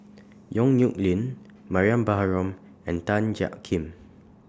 Yong Nyuk Lin Mariam Baharom and Tan Jiak Kim